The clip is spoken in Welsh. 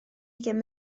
ugain